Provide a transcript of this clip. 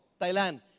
Thailand